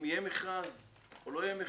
יהיה מכרז או לא יהיה מכרז.